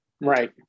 Right